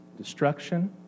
destruction